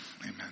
Amen